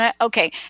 Okay